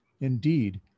Indeed